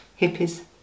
hippies